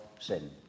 sin